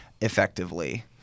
Effectively